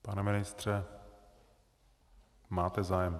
Pane ministře, máte zájem?